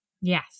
yes